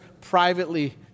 privately